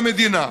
ומדינה,